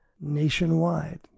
nationwide